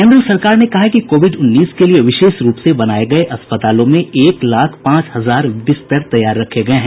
केन्द्र सरकार ने कहा है कि कोविड उन्नीस के लिए विशेष रूप बनाए गए अस्पतालों में एक लाख पांच हजार बिस्तर तैयार रखे गए हैं